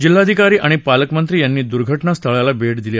जिल्हाधिकारी आणि पालकमंत्री यांनी दुर्घटना स्थळाला भेट दिली